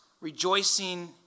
rejoicing